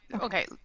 okay